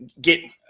get